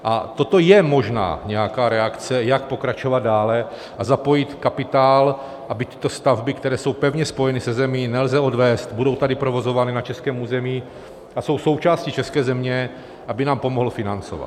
A toto je možná nějaká reakce, jak pokračovat dále a zapojit kapitál, aby tyto stavby, které jsou pevně spojeny se zemí nelze odvézt, budou tady provozovány na českém území a jsou součástí české země nám pomohl financovat.